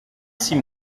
six